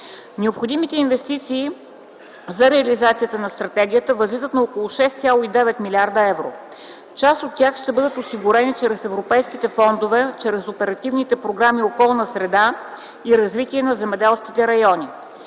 Необходимите инвестиции за реализацията на стратегията възлизат на около 6,9 млрд. евро. Част от тях ще бъдат осигурени чрез европейските фондове чрез оперативните програми „Околна среда” и „Развитие на земеделските райони”.